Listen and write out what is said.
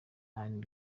anne